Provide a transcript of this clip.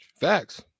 Facts